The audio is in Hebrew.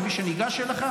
ומי שניגש אליך,